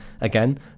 again